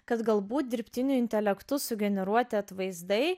kad galbūt dirbtiniu intelektu sugeneruoti atvaizdai